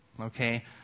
Okay